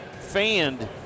fanned